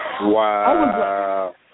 Wow